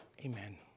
amen